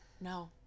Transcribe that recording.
no